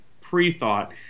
pre-thought